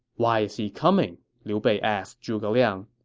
why is he coming? liu bei asked zhuge liang